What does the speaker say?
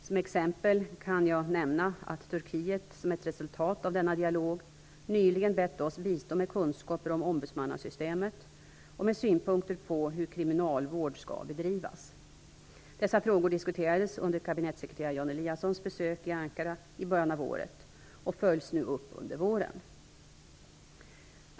Som exempel kan jag nämna att Turkiet som ett resultat av denna dialog nyligen bett oss bistå med kunskaper om ombudsmannasystemet och med synpunkter på hur kriminalvård skall bedrivas. Dessa frågor diskuterades under kabinettssekreterare Jan Eliassons besök i Ankara i början av året och följs nu upp under våren.